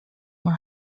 her